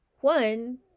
One